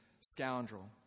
scoundrel